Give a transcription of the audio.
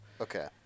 Okay